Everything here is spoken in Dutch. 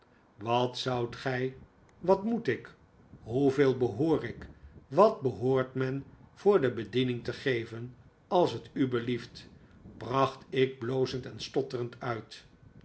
wat zoudt gij wat moet ik hoeveel behoor ik watbehoort men voor de bediening te geven als het u belieft bracht ik blozend en stotterend uit